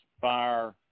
Fire